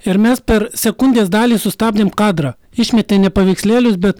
ir mes per sekundės dalį sustabdėm kadrą išmetė ne paveikslėlius bet